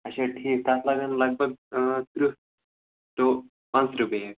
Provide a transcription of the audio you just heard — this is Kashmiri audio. اچھا ٹھیٖک تَتھ لگن لگ بگ تٕرٛہ ٹُہ پانٛژھ تٕرٛہ بیگ